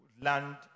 land